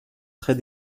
très